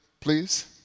please